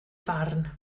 farn